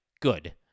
Good